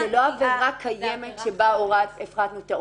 לא, כי זה לא עבירה קיימת שבה הפחתנו את העונש.